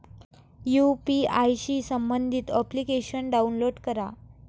UPI शी संबंधित application download करा